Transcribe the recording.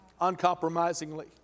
uncompromisingly